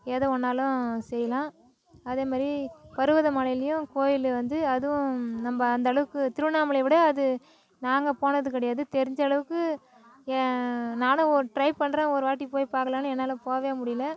ஏதோ ஒன்றாலும் செய்யலாம் அதே மாதிரி பருவத மலைலேயும் கோவில் வந்து அதுவும் நம்ம அந்த அளவுக்கு திருவண்ணாமலையை விட அது நாங்கள் போனது கிடையாது தெரிஞ்ச அளவுக்கு ய நானும் ஒரு ட்ரை பண்ணுற ஒரு வாட்டி போய் பார்க்கலான்னு என்னால் போகவே முடியல